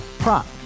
Prop